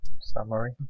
summary